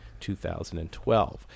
2012